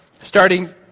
starting